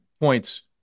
points